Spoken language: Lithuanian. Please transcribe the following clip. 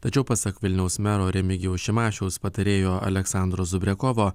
tačiau pasak vilniaus mero remigijaus šimašiaus patarėjo aleksandro zubrekovo